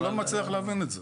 לא מבין את זה.